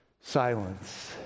silence